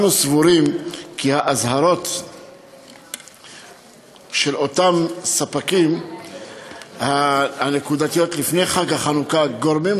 אנו סבורים כי האזהרות הנקודתיות מאותם ספקים לפני חג החנוכה גורמות